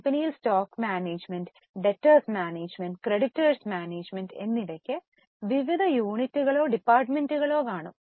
കമ്പനിയിൽ stock management debtors management creditors management എന്നിവയ്ക് വിവിധ യൂണിറ്റുകളോ ഡിപ്പാർട്ടുമെന്റുകളോ കാണും